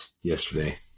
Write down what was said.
yesterday